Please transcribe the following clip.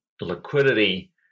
liquidity